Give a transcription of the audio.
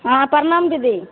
हाँ प्रणाम दीदी